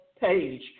page